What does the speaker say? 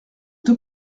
tout